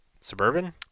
Suburban